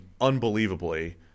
unbelievably